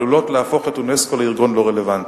ועלולות להפוך את אונסק"ו לארגון לא רלוונטי.